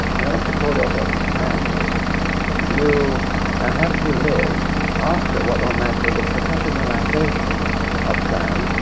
in order to call yourself a scientist you ah have to live after what one might call the professionalisation of science,